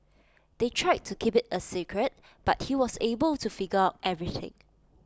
they tried to keep IT A secret but he was able to figure everything out